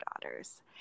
daughters